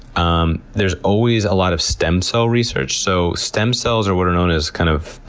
um there's always a lot of stem cell research. so stem cells are what are known as kind of